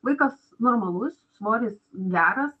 vaikas normalus svoris geras